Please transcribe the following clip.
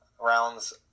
rounds